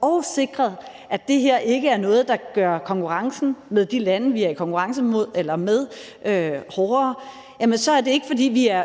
og sikre, at det her ikke er noget, der gør konkurrencen med de lande, vi er i konkurrence med, hårdere, jamen så er det ikke, fordi vi er